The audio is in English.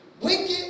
Wicked